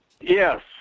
Yes